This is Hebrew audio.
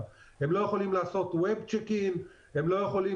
והם כבר לא יכולים לעשות ווב צ'ק-אין והם לא יכולים